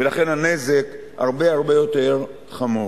ולכן הנזק הרבה הרבה יותר חמור.